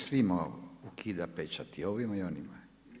svima ukida pečat i ovima i onima.